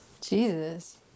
Jesus